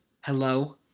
hello